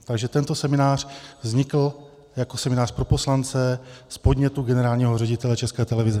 Takže tento seminář vznikl jako seminář pro poslance z podnětu generálního ředitele České televize.